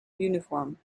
uniform